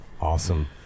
Awesome